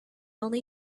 only